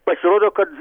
pasirodo kad